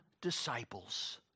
disciples